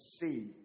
see